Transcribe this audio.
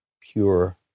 pure